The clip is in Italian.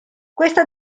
questa